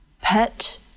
pet